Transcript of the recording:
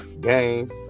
game